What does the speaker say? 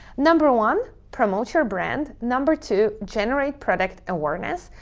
number one, promote your brand. number two, generate product awareness,